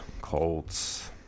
Colts